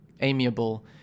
amiable